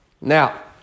Now